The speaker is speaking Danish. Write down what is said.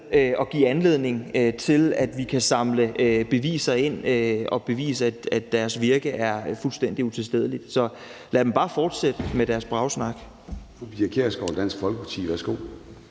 at give anledning til, at vi kan samle beviser ind og bevise, at deres virke er fuldstændig utilstedeligt. Så lad dem bare fortsætte med deres bragesnak.